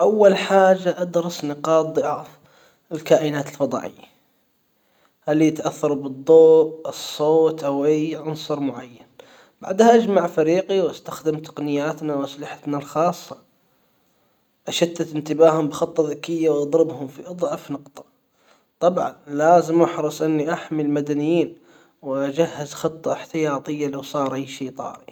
اول حاجة ادرس نقاط ضعف الكائنات الفضائية هل يتأثر بالضوء الصوت او اي عنصر معين؟ بعدها اجمع فريقي واستخدم تقنياتنا واسلحتنا الخاصة اشتت انتباههم بخطة ذكية وأضربهم في اظعف نقطة طبعا لازم احرص اني احمي المدنيين واجهز خطة احتياطية لو صار اي شي طاري